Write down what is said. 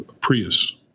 Prius